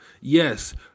Yes